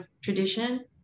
tradition